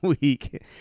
week